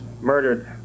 murdered